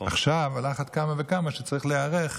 עכשיו על אחת כמה וכמה צריך להיערך,